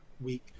week